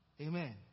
Amen